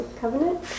covenant